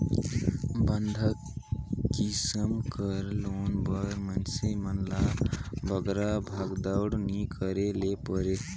बंधक किसिम कर लोन बर मइनसे मन ल बगरा भागदउड़ नी करे ले परे